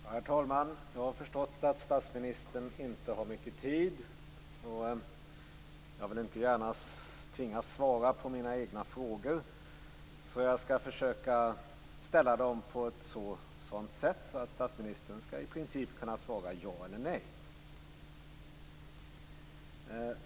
Herr talman! Jag har förstått att statsministern inte har mycket taletid kvar. Jag vill inte gärna tvingas att svara på mina egna frågor, så jag skall försöka att ställa dem på ett sådant sätt att statsministern i princip skall kunna svara ja eller nej.